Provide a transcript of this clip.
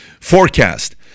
forecast